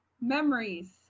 memories